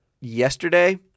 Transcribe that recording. yesterday